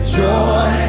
joy